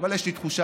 אבל יש לי תחושה